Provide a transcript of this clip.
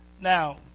Now